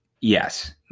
yes